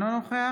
אינו נוכח